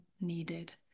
needed